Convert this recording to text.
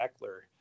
Eckler